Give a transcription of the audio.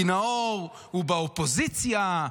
כי נאור הוא באופוזיציה,